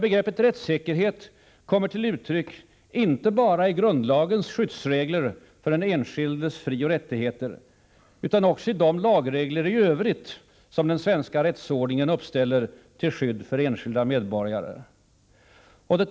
Begreppet rättssäkerhet kommer till uttryck inte bara i grundlagens skyddsregler för den enskildes frioch rättigheter utan också i de lagregler i övrigt som den svenska rättsordningen uppställer till skydd för enskilda medborgare.